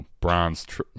bronze